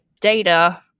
data